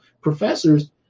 professors